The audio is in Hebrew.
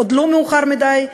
עוד לא מאוחר מדי,